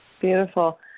Beautiful